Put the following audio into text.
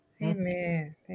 Amen